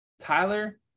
Tyler